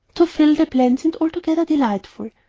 to phil the plan seemed altogether delightful.